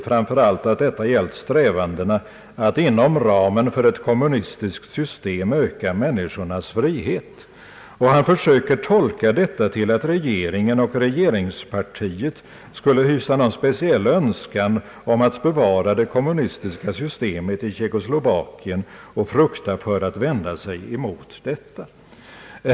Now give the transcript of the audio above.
»Framför allt gällde detta strävandena att inom ramen för ett kommunistiskt system öka människornas frihet.» Han försöker tolka detta så att regeringen och regeringspartiet skulle hysa en speciell önskan att bevara det kommunistiska systemet i Tjeckoslovakien och fruktar för att vända sig emot detta.